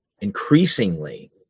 increasingly